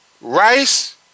Rice